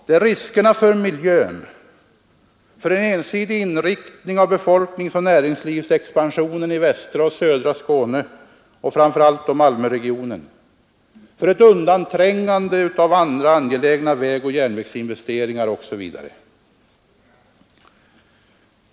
Det är riskerna för miljön, för en ensidig inriktning av befolkningsoch näringslivsexpansionen i västra och södra Skåne och framför allt Malmöregionen, för ett undanträngande av andra angelägna vägoch järnvägsinvesteringar OSV.